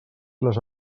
les